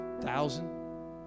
thousand